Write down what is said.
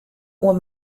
oer